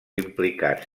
implicats